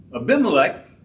Abimelech